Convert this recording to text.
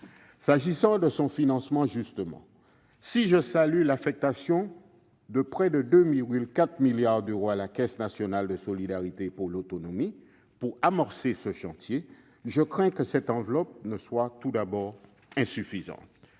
S'agissant de son financement, justement, si je salue l'affectation de près de 2,4 milliards d'euros à la Caisse nationale de solidarité pour l'autonomie pour amorcer le chantier, je crains que cette enveloppe ne soit tout d'abord insuffisante.